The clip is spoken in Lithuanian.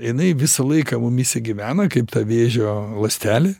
jinai visą laiką mumyse gyvena kaip ta vėžio ląstelė